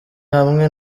hamwe